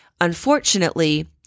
Unfortunately